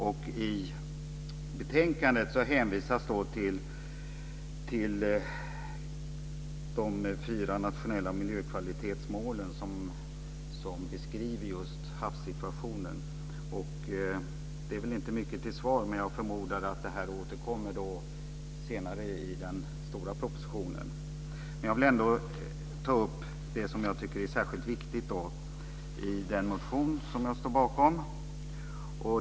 I betänkandet hänvisas till de fyra nationella miljökvalitetsmål som beskriver just havssituationen. Det är inte mycket till svar, men jag förmodar att det återkommer senare i den stora propositionen. Jag vill ändå ta upp det som jag tycker är särskilt viktigt i den motion som jag står bakom.